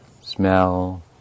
smell